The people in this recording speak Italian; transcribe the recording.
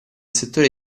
settore